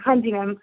ਹਾਂਜੀ ਮੈਮ